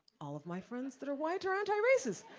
all of my friends that are white are anti-racist.